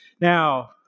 Now